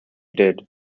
did